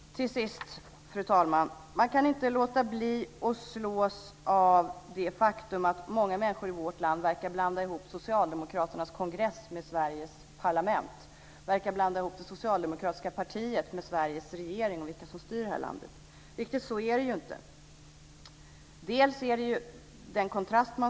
Till sist, fru talman, kan man inte låta bli att slås av det faktum att många människor i vårt land verkar blanda ihop socialdemokraternas kongress med Sveriges parlament och det socialdemokratiska partiet med Sveriges regering och dem som styr landet. Riktigt så är det inte. Man slås av kontrasterna.